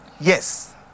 Yes